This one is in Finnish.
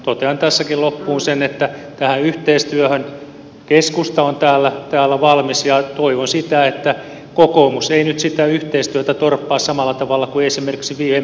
totean tässäkin loppuun sen että tähän yhteistyöhön keskusta on täällä valmis ja toivon että kokoomus ei nyt sitä yhteistyötä torppaa samalla tavalla kuin esimerkiksi viime vaalikaudella